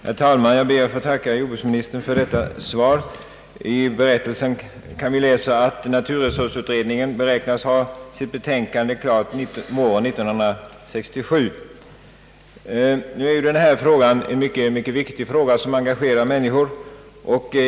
Herr talman! Jag ber att få tacka jordbruksministern för det lämnade svaret. I riksdagsberättelsen kan vi läsa att naturresursutredningen beräknas ha sitt betänkande klart till våren 1967. Nu är ju denna fråga mycket viktig, och den engagerar människor.